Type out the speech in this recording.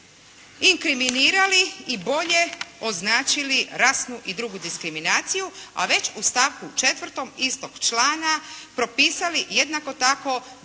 inkriminirali i bolje označili rasnu i drugu diskriminaciju, a već u stavku 4. istog člana propisali jednako tako